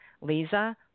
Lisa